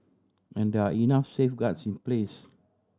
and there are enough safeguards in place